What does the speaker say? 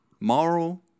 moral